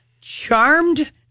charmed